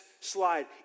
slide